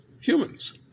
humans